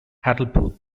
hartlepool